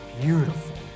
beautiful